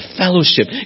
fellowship